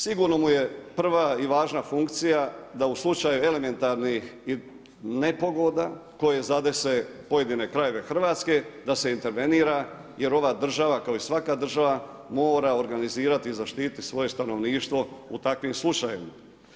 Sigurno mu je prva i važna funkcija da u slučaju elementarnih nepogoda koje zadese pojedine krajeve Hrvatske, da se intervenira jer ova država kao i svaka država mora organizirati i zaštititi svoje stanovništvo u takvim slučajevima.